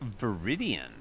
Viridian